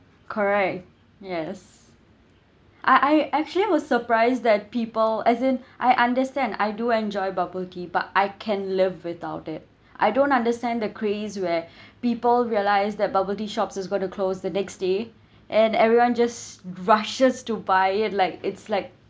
correct yes I I actually I was surprised that people as in I understand I do enjoy bubble tea but I can live without it I don't understand the craze where people realise that bubble tea shops is going to close the next day and everyone just rushes to buy it like it's like